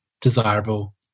desirable